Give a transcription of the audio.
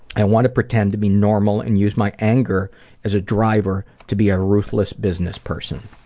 i want to pretend to be normal and use my anger as a driver to be a ruthless business person.